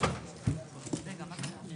אני פותח את הישיבה.